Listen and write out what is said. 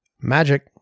Magic